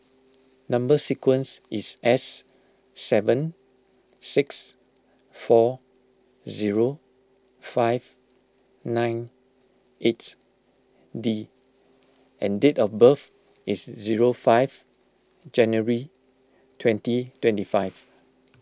Number Sequence is S seven six four zero five nine eight D and date of birth is zero five January twenty twenty five